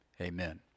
Amen